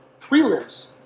prelims